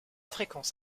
fréquence